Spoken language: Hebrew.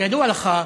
כידוע לך,